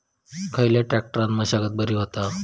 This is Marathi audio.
खयल्या ट्रॅक्टरान मशागत बरी होता?